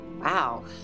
wow